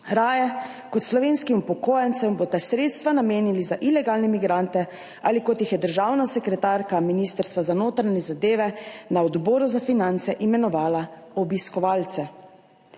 Raje kot slovenskim upokojencem boste sredstva namenili za ilegalne migrante, ali kot jih je državna sekretarka Ministrstva za notranje zadeve na Odboru za finance imenovala – »obiskovalce«.